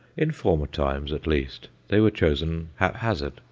in former times, at least, they were chosen haphazard,